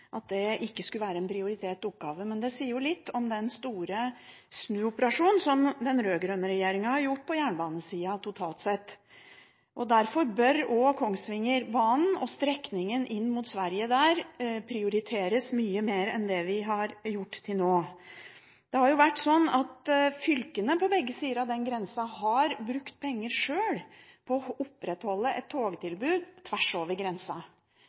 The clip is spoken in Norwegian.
ikke skulle være en prioritert oppgave. Det sier litt om den store snuoperasjonen som den rød-grønne regjeringen har gjort på jernbanesiden totalt sett. Derfor bør Kongsvingerbanen og strekningen inn mot Sverige prioriteres mye mer enn det den har blitt til nå. Det har vært slik at fylkene på begge sider av grensen har brukt penger sjøl på å opprettholde et togtilbud tvers over